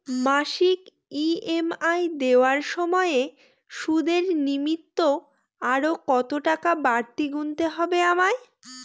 মাসিক ই.এম.আই দেওয়ার সময়ে সুদের নিমিত্ত আরো কতটাকা বাড়তি গুণতে হবে আমায়?